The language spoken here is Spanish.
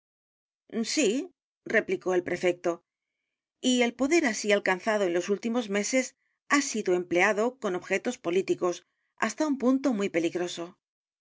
sí replicó el prefecto y el poder así alcanzado e n los últimos meses ha sido empleado cen objetos políticos hasta un punto muy peligroso el